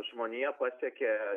žmonija pasiekė